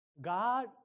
God